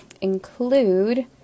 include